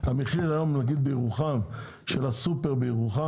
המחיר היום של הסופר בירוחם,